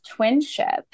twinship